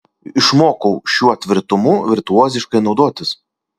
išmokau šiuo tvirtumu virtuoziškai naudotis